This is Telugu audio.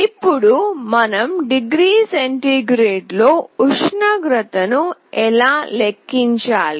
ఇప్పుడు మనం డిగ్రీ సెంటీగ్రేడ్లో ఉష్ణోగ్రతను ఎలా లెక్కించాలి